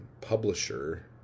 publisher